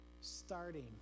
starting